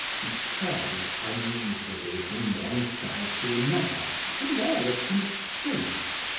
he turned uneasily from one side to another with an air of constraint,